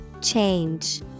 Change